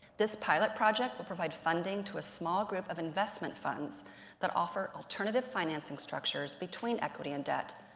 this pilot project will provide funding to a small group of investment funds that offer alternative financing structures between equity and debt,